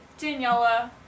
Daniela